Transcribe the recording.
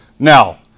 Now